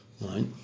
Right